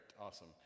Awesome